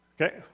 okay